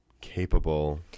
capable